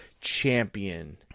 champion